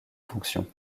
fonctions